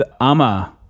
Ama